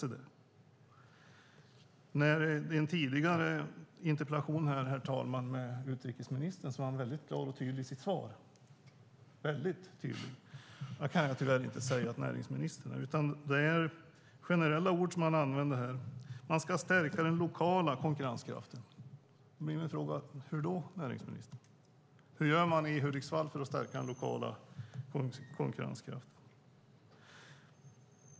Men frågan är hur det visar sig. I interpellationsdebatten med utrikesministern i dag var denne väldigt klar och tydlig i sitt svar. Det kan jag tyvärr inte säga om näringsministern. Det är generella ord som används. Man ska stärka den lokala konkurrenskraften. Hur då, näringsministern? Hur gör man i Hudiksvall för att stärka den lokala konkurrenskraften?